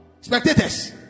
spectators